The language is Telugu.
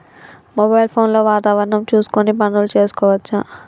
మొబైల్ ఫోన్ లో వాతావరణం చూసుకొని పనులు చేసుకోవచ్చా?